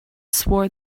swore